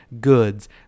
goods